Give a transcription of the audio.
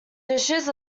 dishes